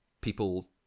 people